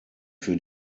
für